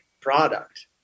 product